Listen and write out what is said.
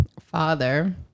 father